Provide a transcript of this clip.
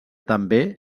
també